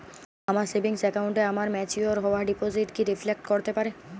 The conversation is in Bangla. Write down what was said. আমার সেভিংস অ্যাকাউন্টে আমার ম্যাচিওর হওয়া ডিপোজিট কি রিফ্লেক্ট করতে পারে?